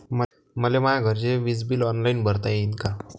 मले माया घरचे विज बिल ऑनलाईन भरता येईन का?